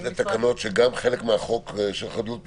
--- אלה תקנות שהן חלק מהחוק של חדלות פירעון?